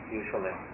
usually